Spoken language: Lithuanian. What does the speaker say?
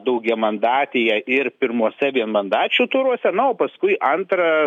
daugiamandatėje ir pirmuose vienmandačių turuose na o paskui antrą